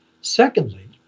Secondly